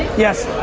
yes